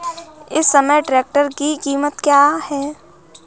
इस समय ट्रैक्टर की कीमत क्या है?